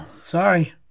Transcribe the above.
sorry